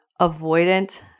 avoidant